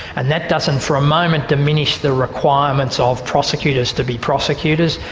and that doesn't for a moment diminish the requirements of prosecutors to be prosecutors,